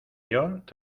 york